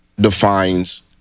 defines